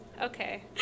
Okay